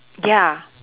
ya